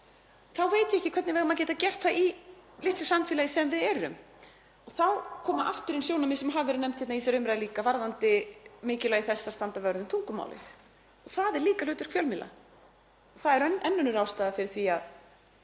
þá veit ég ekki hvernig við eigum að geta gert það í því litla samfélagi sem við erum. Þá koma aftur inn sjónarmið sem hafa verið nefnd í þessari umræðu líka varðandi mikilvægi þess að standa vörð um tungumálið. Það er líka hlutverk fjölmiðla. Það er enn önnur ástæða fyrir því að